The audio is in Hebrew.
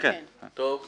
בסדר.